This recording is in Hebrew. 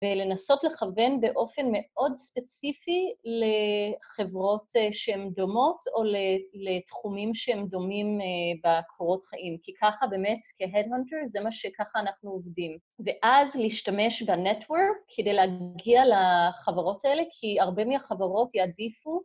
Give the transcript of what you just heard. ולנסות לכוון באופן מאוד ספציפי לחברות שהן דומות או לתחומים שהן דומים בקורות חיים, כי ככה באמת כ-Headhunter זה מה שככה אנחנו עובדים. ואז להשתמש בנטוורק כדי להגיע לחברות האלה, כי הרבה מהחברות יעדיפו.